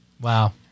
Wow